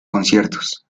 conciertos